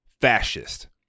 fascist